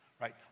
right